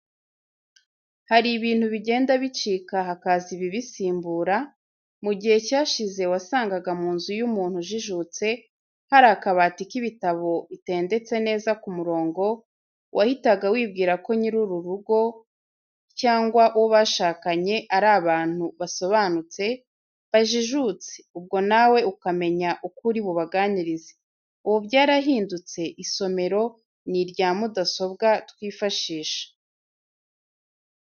Hari ibintu bigenda bicika hakaza ibibisimbura, mu gihe cyashize wasangaga mu nzu y'umuntu ujijutse hari akabati k'ibitabo bitendetse neza ku murongo, wahitaga wibwira ko nyir'urugo cyangwa uwo bashakanye ari abantu basobanutse, bajijutse, ubwo nawe ukamenya uko uri bubaganirize. Ubu byarahindutse, isomero ni irya mudasobwa twifashisha.